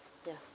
ya